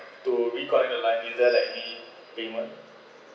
to reconnect the line means that there any payment